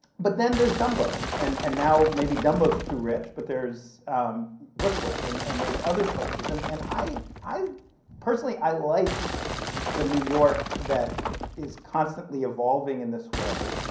but then there's dumbo. and and now, maybe dumbo's too rich, but there's bushwick, and and there's other places. and and i, personally, i like the new york that is constantly evolving in this way.